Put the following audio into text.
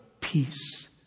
peace